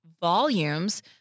volumes